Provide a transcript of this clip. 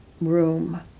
room